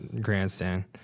grandstand